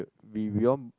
we we all